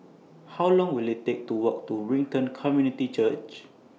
How Long Will IT Take to Walk to Brighton Community Church